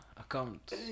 account